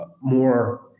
more